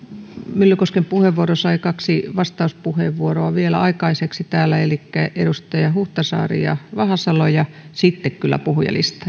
myllykosken puheenvuoro sai kaksi vastauspuheenvuoroa vielä aikaiseksi täällä elikkä edustajat huhtasaari ja vahasalo ja sitten kyllä puhujalistaan